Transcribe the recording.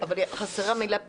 אבל חסרה המילה פיקוח.